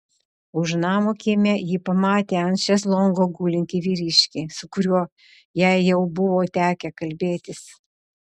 už namo kieme ji pamatė ant šezlongo gulintį vyriškį su kuriuo jai jau buvo tekę kalbėtis